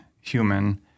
human